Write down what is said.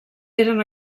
eren